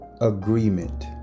Agreement